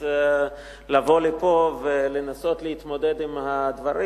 לבוא לפה ולנסות להתמודד עם הדברים.